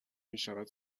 میشود